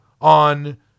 on